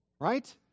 Right